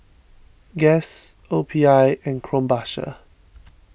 Guess O P I and Krombacher